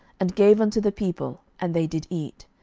and gave unto the people, and they did eat.